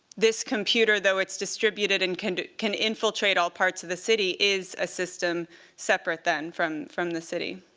this computer, though it's distributed and can can infiltrate all parts of the city, is a system separate, then, from from the city.